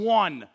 one